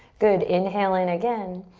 good, inhale in again.